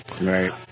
Right